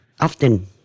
often